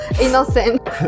Innocent